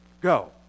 go